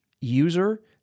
user